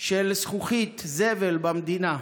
של זכוכית, זבל, במדינה.